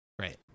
Right